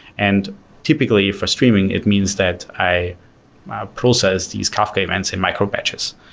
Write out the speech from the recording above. and typically for streaming, it means that i process these kafka events in micro-batches.